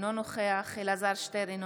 אינו נוכח אלעזר שטרן,